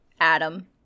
adam